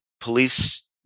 police